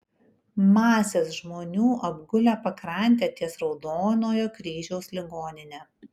masės žmonių apgulę pakrantę ties raudonojo kryžiaus ligonine